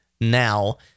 now